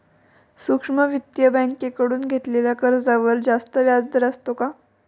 सूक्ष्म वित्तीय बँकेकडून घेतलेल्या कर्जावर जास्त व्याजदर असतो का?